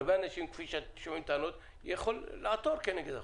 הרבה אנשים יכולים לעתור כנגד החוק.